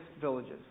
villages